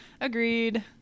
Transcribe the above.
agreed